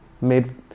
made